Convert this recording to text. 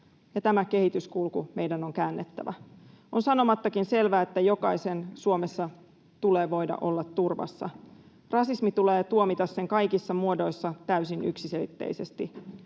ja tämä kehityskulku meidän on käännettävä. On sanomattakin selvää, että jokaisen Suomessa tulee voida olla turvassa. Rasismi tulee tuomita sen kaikissa muodoissa täysin yksiselitteisesti.